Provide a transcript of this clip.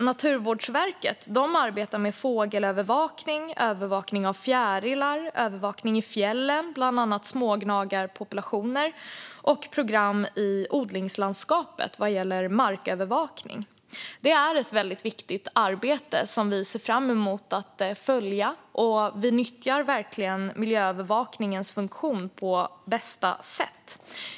Naturvårdsverket arbetar med fågelövervakning, övervakning av fjärilar, övervakning i fjällen av bland annat smågnagarpopulationer och program i odlingslandskapet vad gäller markövervakning. Det här är ett väldigt viktigt arbete, och vi ser fram emot att få följa det. Vi nyttjar verkligen miljöövervakningens funktion på bästa sätt.